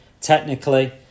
technically